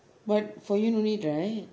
but for you no need right